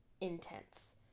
intense